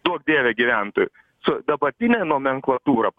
duok dieve gyventojų su dabartine nomenklatūra